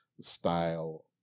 style